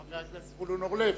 חבר הכנסת זבולון אורלב.